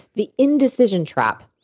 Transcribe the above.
the indecision trap.